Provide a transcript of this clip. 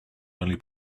only